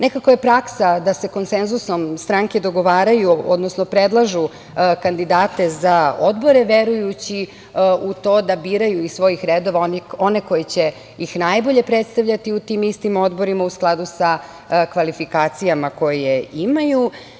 Nekako je praksa da se konsenzusom stranke dogovaraju, odnosno predlažu kandidate za odbore, verujući u to da biraju iz svojih redova one koji će ih najbolje predstavljati u tim istim odborima, u skladu sa kvalifikacijama koje imaju.